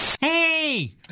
Hey